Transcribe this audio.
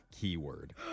keyword